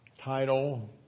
title